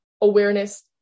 awareness